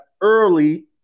early